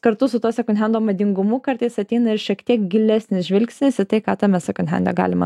kartu su tuo sekon hendo madingumu kartais ateina ir šiek tiek gilesnis žvilgsnis į tai ką tame sekon hende galima